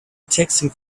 taxing